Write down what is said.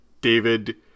David